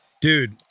Dude